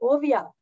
Ovia